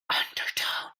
undertone